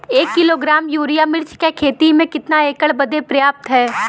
एक kilogram urea मिर्च क खेती में कितना एकड़ बदे पर्याप्त ह?